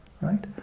right